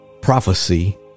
prophecy